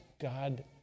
God